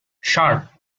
sharp